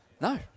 No